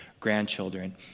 grandchildren